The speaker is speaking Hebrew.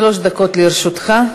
שלוש דקות לרשותך.